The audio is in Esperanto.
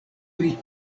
pri